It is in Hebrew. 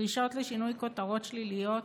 דרישות לשינוי כותרות שליליות